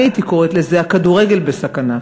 אני הייתי קוראת לזה "הכדורגל בסכנה",